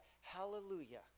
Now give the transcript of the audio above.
hallelujah